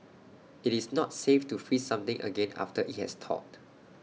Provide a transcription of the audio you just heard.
IT is not safe to freeze something again after IT has thawed